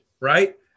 right